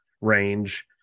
range